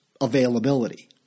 availability